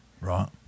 Right